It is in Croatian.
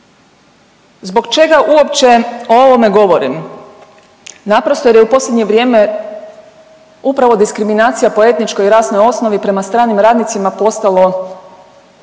Zbog čega uopće o ovome govorim? Naprosto jer je u posljednje vrijeme upravo diskriminacija po etničkoj i rasnoj osnovi prema stranim radnicima postalo